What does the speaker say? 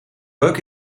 bug